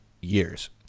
Years